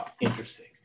interesting